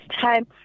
time